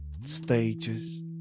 stages